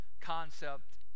concept